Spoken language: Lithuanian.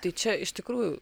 tai čia iš tikrųjų